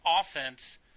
offense